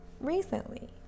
recently